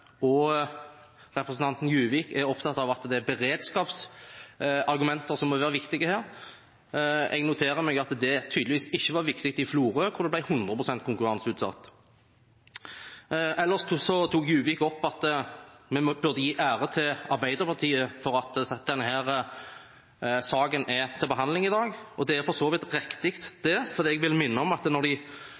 at representanten Rommetveit og representanten Juvik er opptatt av at det er beredskapsargumenter som må være viktige her. Jeg noterer meg at det tydeligvis ikke var viktig i Florø, hvor det ble 100 pst. konkurranseutsatt. Juvik tok ellers opp at vi burde gi ære til Arbeiderpartiet for at denne saken er til behandling i dag. Det er for så vidt riktig, for jeg vil minne om at da de